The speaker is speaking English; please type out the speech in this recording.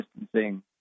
distancing